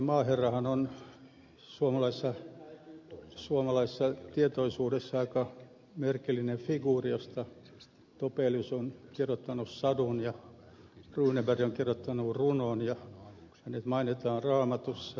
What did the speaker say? maaherrahan on suomalaisessa tietoisuudessa aika merkillinen figuuri josta topelius on kirjoittanut sadun ja runeberg on kirjoittanut runon ja hänet mainitaan raamatussa